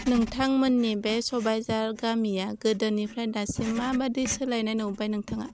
नोंथांमोननि बे सबायजार गामिया गोदोनिफ्राय दासिम माबादि सोलायनाय नुबाय नोंथाङा